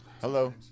Hello